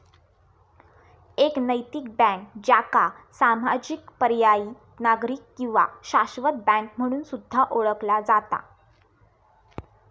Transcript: एक नैतिक बँक, ज्याका सामाजिक, पर्यायी, नागरी किंवा शाश्वत बँक म्हणून सुद्धा ओळखला जाता